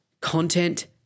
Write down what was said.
content